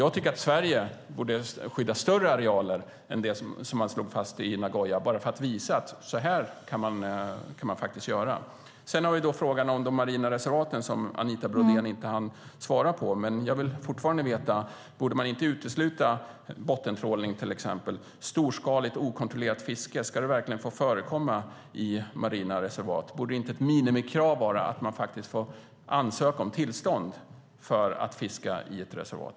Jag tycker därför att Sverige borde skydda större arealer än det man slog fast i Nagoya bara för att visa att så här kan man göra. När det gäller frågan om de marina reservaten som Anita Brodén inte hann svara på vill jag fortfarande veta om man inte borde utesluta till exempel bottentrålning. Ska storskaligt, okontrollerat fiske verkligen få förekomma i marina reservat? Borde det inte vara ett minimikrav att man får ansöka om tillstånd för att fiska i reservat?